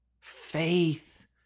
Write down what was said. Faith